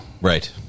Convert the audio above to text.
Right